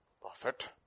Prophet